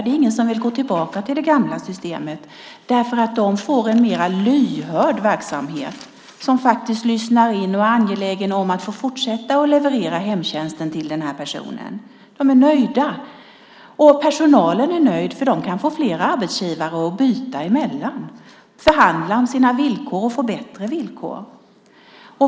Det är ingen som vill gå tillbaka till det gamla systemet, för nu får de en mer lyhörd verksamhet där man lyssnar in och är angelägen om att få fortsätta att leverera hemtjänsten till personen i fråga. De är nöjda. Personalen är också nöjd, för de får fler arbetsgivare att byta emellan. Därmed kan de förhandla om sina villkor och få bättre villkor.